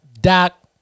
Doc